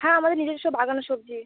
হ্যাঁ আমাদের নিজস্ব বাগান সবজির